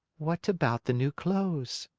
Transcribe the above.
what about the new clothes?